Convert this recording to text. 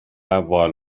وال